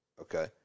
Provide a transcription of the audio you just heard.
okay